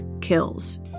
kills